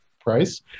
price